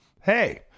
hey